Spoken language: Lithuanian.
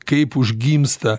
kaip užgimsta